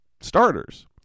starters